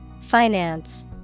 Finance